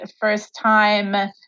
first-time